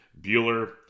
Bueller